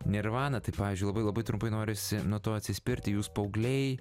nirvana tai pavyzdžiui labai labai trumpai norisi nuo to atsispirti jūs paaugliai